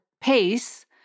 pace